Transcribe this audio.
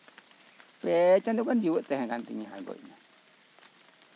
ᱯᱮ ᱪᱟᱫᱚ ᱜᱟᱱ ᱡᱤᱣᱭᱮᱫ ᱛᱟᱸᱦᱮ ᱠᱟᱱ ᱛᱤᱧᱟ ᱟᱨ ᱜᱚᱡ ᱮᱱᱟ